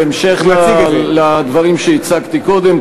בהמשך לדברים שהצגתי קודם,